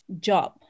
job